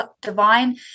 divine